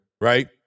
Right